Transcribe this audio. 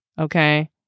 okay